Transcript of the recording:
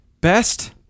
Best